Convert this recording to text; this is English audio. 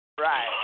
Right